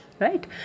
Right